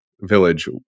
village